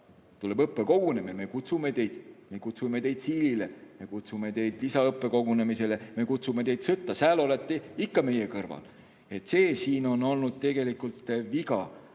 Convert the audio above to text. tuleb õppekogunemine, siis me kutsume teid. Me kutsume teid Siilile, me kutsume teid lisaõppekogunemisele, me kutsume teid sõtta, sääl olete ikka meie kõrval. See siin on olnud tegelikult viga,